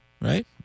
right